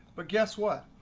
but guess what.